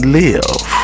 live